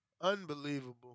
Unbelievable